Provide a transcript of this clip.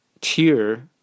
tier